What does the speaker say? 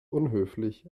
unhöflich